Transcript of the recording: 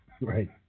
Right